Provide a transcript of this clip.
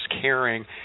caring